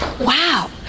wow